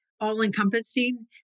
all-encompassing